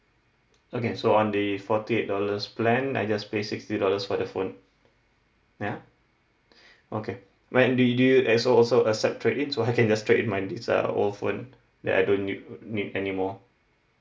okay so on the forty eight dollars plan I just pay sixty dollars for the phone ya okay then do you do you also also accept trade in so I can just trade in my this uh old phone that I don't use need anymore